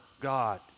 God